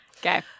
okay